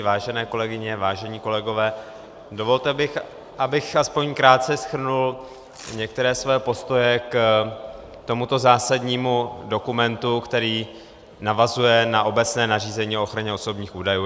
Vážené kolegyně, vážení kolegové, dovolte mi, abych aspoň krátce shrnul některé své postoje k tomuto zásadnímu dokumentu, který navazuje na obecné nařízení o ochraně osobních údajů.